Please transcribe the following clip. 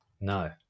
No